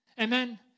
Amen